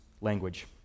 language